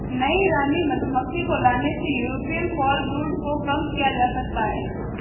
नई रानी मधुमक्खी को लाने से यूरोपियन फॉलब्रूड को कम किया जा सकता है